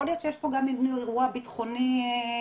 יכול להיות שיש פה גם אירוע ביטחוני נוסף,